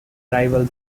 rival